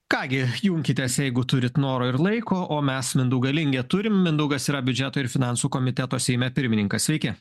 ką gi junkitės jeigu turit noro ir laiko o mes mindaugą lingę turim mindaugas yra biudžeto ir finansų komiteto seime pirmininkas sveiki